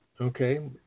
Okay